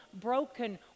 broken